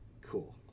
cool